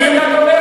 כבר.